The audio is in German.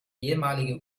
ehemalige